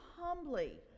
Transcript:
humbly